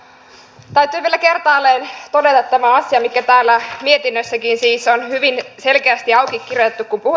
täytyy vielä kertaalleen todeta tämä asia mikä täällä mietinnössäkin siis on hyvin selkeästi auki kirjoitettu